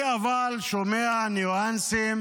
אבל אני שומע ניואנסים